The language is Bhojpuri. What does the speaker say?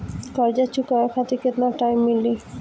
कर्जा चुकावे खातिर केतना टाइम मिली?